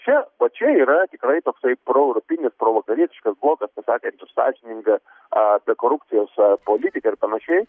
čia o čia yra tikrai toksai proeuropinis provakarietiškas blokas pasakė tu sąžininga apie korupcijos politiką ir panašiai